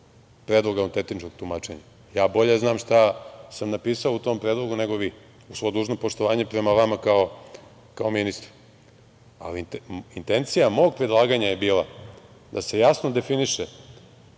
predlog autentičnog tumačenja. Ja bolje znam šta sam napisao u tom predlogu nego vi, uz svo dužno poštovanje prema vama kao ministru. Intencija mog predlaganja je bila da se jasno definiše